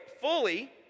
fully